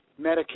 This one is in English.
Medicare